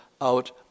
out